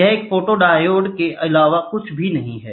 यह एक फोटोडायोड के अलावा कुछ भी नहीं है